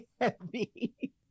heavy